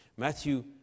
Matthew